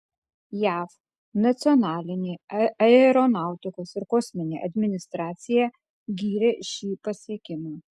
jav nacionalinė aeronautikos ir kosmoso administracija gyrė šį pasiekimą